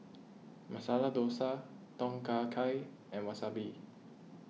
Masala Dosa Tom Kha Gai and Wasabi